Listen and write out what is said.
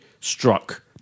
struck